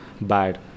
bad